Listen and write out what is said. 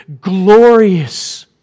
glorious